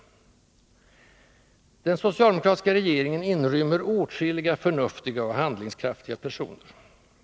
Den socialdemokratiska regeringen inrymmer åtskilliga förnuftiga och handlingskraftiga personer.